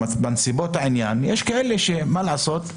בנסיבות העניין יש כאלה שמה לעשות,